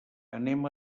anem